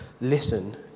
Listen